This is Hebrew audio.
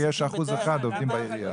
ויש אחוז אחד שעובד בעירייה.